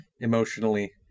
Emotionally